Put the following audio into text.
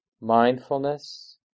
Mindfulness